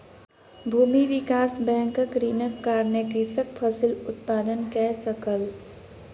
भूमि विकास बैंकक ऋणक कारणेँ कृषक फसिल उत्पादन कय सकल